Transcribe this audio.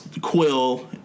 Quill